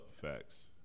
facts